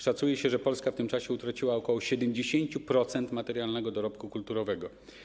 Szacuje się, że Polska w tym czasie utraciła ok. 70% materialnego dorobku kulturowego.